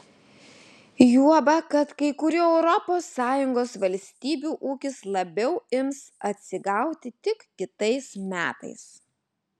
juoba kad kai kurių europos sąjungos valstybių ūkis labiau ims atsigauti tik kitais metais